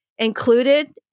Included